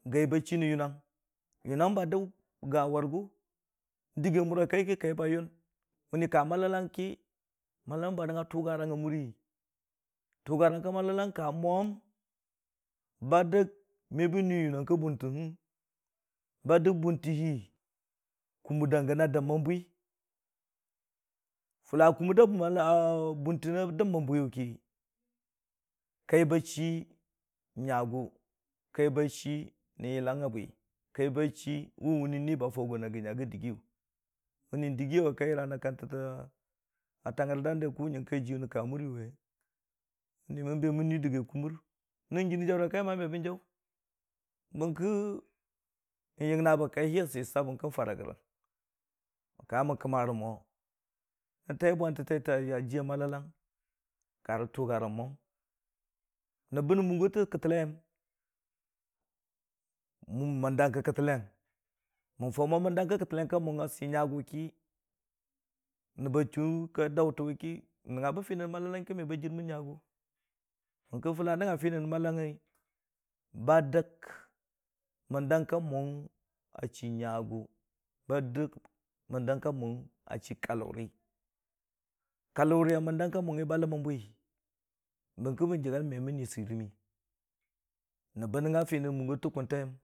bai ba chii rə yonang, yonang ba dəb a wʊrigʊ, n'dəggi a mura kai ki kai ba yon mənni ka malalang ki malalang ba nəngnga tʊgagang a muri, tʊgarang ka malalang ka mwam, ba dəg mu bən ngi yonang ka bʊnta hən ba dəg bʊntə hi kʊmur da gən a dam mə bwi, fʊla kʊmur da bʊnti a dəmmən bwiyu ki kai ba chii nyagʊ kai ba chii rə yhangnga bwi kai ba chii wʊ wani ba faʊ go gə nya gə dəggi mənni dəggi kai yəra rə kantəta tangrə dande yəra rə jiwu nən ka muri we wʊni mən be mən nui daggi kʊmur nən jinii jaʊri kai ma me bən jaʊ bərki ni yəngna bə kai hi a sei səp yəri kən farə gən mən ka mən kəmara mo a tai bwantə taita a jiya malalanga ka rə tʊgarang mwam. nəb bən nən mʊngo tə tə kəlleiyəm məndang kə kəllang mən faʊ mo məndakə kəlleiya mu a sei nyagʊ ki nəb ba chuu ka daʊtən wʊ kii n'nəngnga bə fini nən mulalang kime ba jirmən nyagʊ, bərki a fʊla nəngnga fini nən mulalangngi ba dəg məndang ka mʊn a chii nyagʊ, ba dəg məndang ka mʊn a chii kaluri kaluri a məndang ka mʊn ba ləmən bwi bərki bən jəggan me mən ni sɨrəmmi, nəb nəngnga fini nən mʊggor tən tə kʊntaiyəmm.